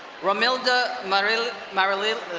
ramilda marillia marillia